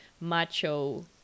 macho